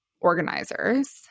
organizers